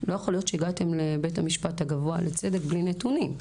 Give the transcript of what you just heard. לא יכול להיות שהגעתם לבית המשפט הגבוה לצדק בלי נתונים.